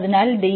അതിനാൽ dx